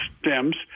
Stems